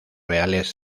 reales